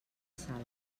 sal